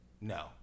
no